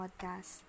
podcast